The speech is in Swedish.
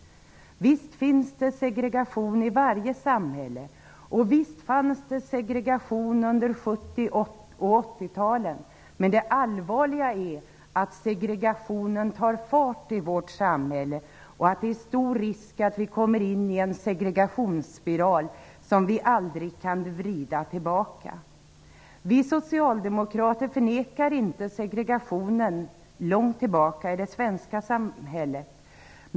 Visst finns det segregation i varje samhälle, och visst fanns det segregation under 70 och 80-talen. Men det allvarliga är att segregationen nu tar fart i vårt samhälle och att det är stor risk att vi kommer in i en segregationsspiral som vi aldrig kan vrida tillbaka. Vi socialdemokrater förnekar inte att segregationen har funnits i det svenska samhället sedan långt tillbaka.